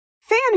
fan